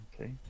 Okay